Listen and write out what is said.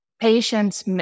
patients